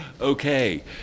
Okay